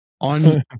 on